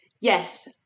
Yes